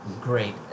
great